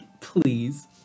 Please